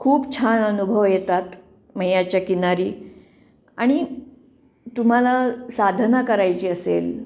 खूप छान अनुभव येतात मैयाच्या किनारी आणि तुम्हाला साधना करायची असेल